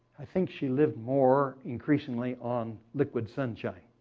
i think she lived more increasingly on liquid sunshine.